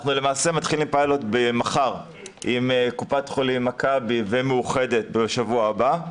אנחנו למעשה מתחילים פיילוט מחר עם קופת חולים מכבי ומאוחדת בשבוע הבא,